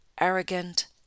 arrogant